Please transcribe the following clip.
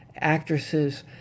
actresses